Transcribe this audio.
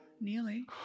Nearly